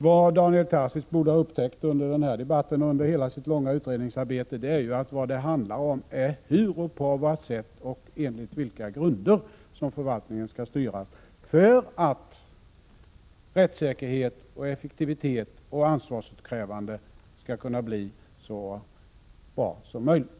Vad Daniel Tarschys borde ha upptäckt under den här debatten och under hela sitt långa utredningsarbete är att vad det handlar om är hur, på vilket sätt och på vilka grunder förvaltningen skall styras för att rättssäkerhet, effektivitet och ansvarsutkrävande skall bli så bra som möjligt.